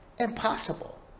impossible